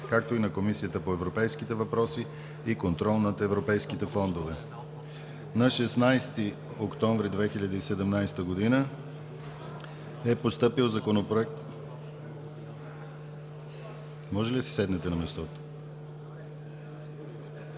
както и на Комисията по европейските въпроси и контрол над европейските фондове. На 16 октомври 2017 г. е постъпил Законопроект за изменение и допълнение на Закона